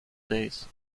days